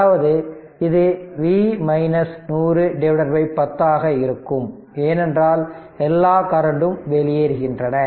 அதாவது இது V 10010 ஆக இருக்கும் ஏனென்றால் எல்லா கரண்ட்டும் வெளியேறுகின்றன